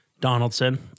Donaldson